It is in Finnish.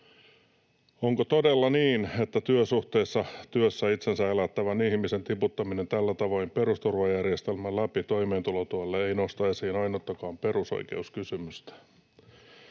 Onko todella niin, että työsuhteisessa työssä itsensä elättävän ihmisen tiputtaminen tällä tavoin perusturvajärjestelmän läpi toimeentulotuelle ei nosta esiin ainuttakaan perusoikeuskysymystä?